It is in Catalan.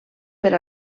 per